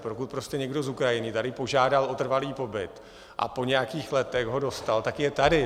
Pokud prostě někdo z Ukrajiny tady požádal o trvalý pobyt a po nějakých letech ho dostal, tak je tady.